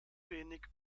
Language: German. wenig